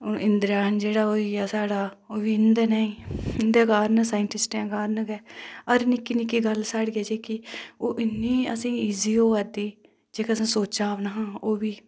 हुन जाल जेह्ड़ा ओह् होईआ साढ़ा ओह् बी इंदै कारण साईटिस्टे दे कारण गै हर निक्की निक्की ऐ साढ़ी ओह् इन्नी इज़ी होआ दी जेह्का असैं सोचेआ बी नीं हा ओह् बी